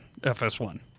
FS1